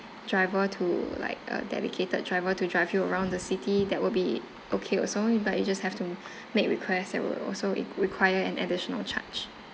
driver to like a dedicated driver to drive you around the city that will be okay also but you just have to make request that will also re~ require an additional charge